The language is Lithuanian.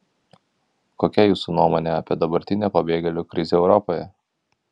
kokia jūsų nuomonė apie dabartinę pabėgėlių krizę europoje